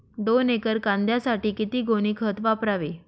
दोन एकर कांद्यासाठी किती गोणी खत वापरावे?